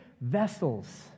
vessels